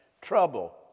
Trouble